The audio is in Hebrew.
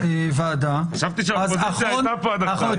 הוועדה --- חשבתי שהאופוזיציה הייתה פה עד עכשיו...